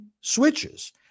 switches